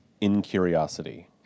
incuriosity